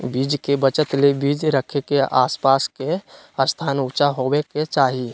बीज के बचत ले बीज रखे के आस पास के स्थान ऊंचा होबे के चाही